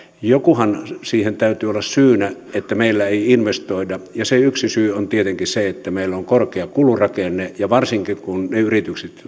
jokuhan siihen täytyy olla syynä että meillä ei investoida ja se yksi syy on tietenkin se että meillä on korkea kulurakenne varsinkin ne yritykset